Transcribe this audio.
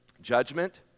judgment